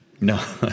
No